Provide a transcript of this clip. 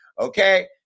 Okay